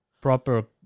proper